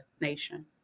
nation